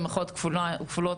במירכאות כפולות,